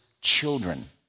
children